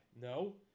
No